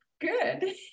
good